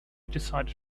decided